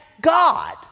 God